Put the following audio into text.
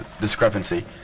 discrepancy